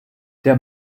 der